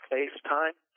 FaceTime